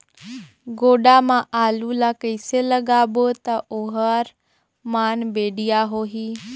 गोडा मा आलू ला कइसे लगाबो ता ओहार मान बेडिया होही?